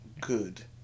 good